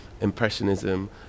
impressionism